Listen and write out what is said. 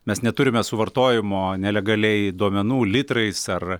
mes neturime suvartojimo nelegaliai duomenų litrais ar